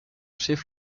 chef